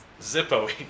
Zippo